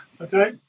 okay